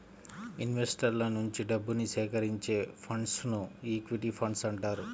ఇన్వెస్టర్ల నుంచి డబ్బుని సేకరించే ఫండ్స్ను ఈక్విటీ ఫండ్స్ అంటారు